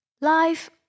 Life